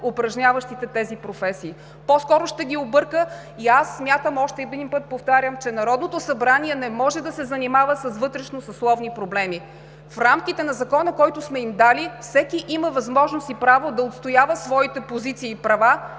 упражняващите тези професии, а по-скоро ще ги обърка и аз смятам, и още един път повтарям, че Народното събрание не може да се занимава с вътрешносъсловни проблеми. В рамките на Закона, който сме им дали, всеки има възможност и право да отстоява своите позиции и права